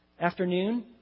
afternoon